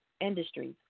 industries